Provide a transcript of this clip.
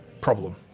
problem